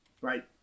right